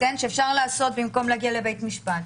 שאפשר לעשות במקום להגיע לבית משפט.